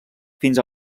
fins